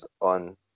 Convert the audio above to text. on